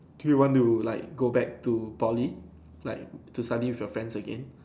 do you want to like go back to Poly like to study with your friends again